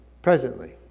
Presently